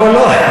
קולו,